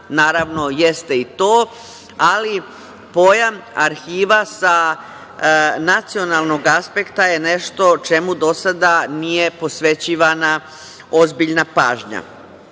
Naravno, jeste i to. Ali, pojam arhiva sa nacionalnog aspekta je nešto čemu do sada nije posvećivana ozbiljna